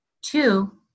Two